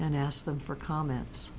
and ask them for comments